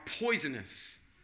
poisonous